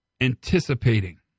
anticipating